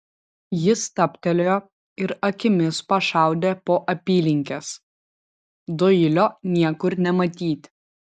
jis stabtelėjo ir akimis pašaudė po apylinkes doilio niekur nematyti